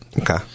Okay